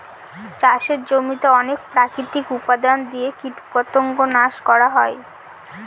চাষের জমিতে অনেক প্রাকৃতিক উপাদান দিয়ে কীটপতঙ্গ নাশ করা হয়